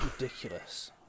Ridiculous